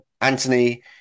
Anthony